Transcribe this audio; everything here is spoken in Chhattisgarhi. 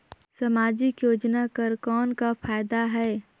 समाजिक योजना कर कौन का फायदा है?